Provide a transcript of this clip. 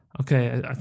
Okay